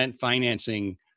financing